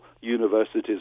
universities